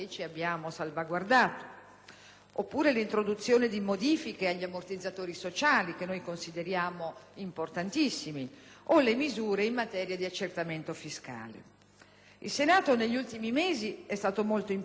oppure l'introduzione di modifiche agli ammortizzatori sociali (che noi consideriamo importantissimi), o le misure in materia di accertamento fiscale. Il Senato negli ultimi mesi è stato molto impegnato su diversi fronti,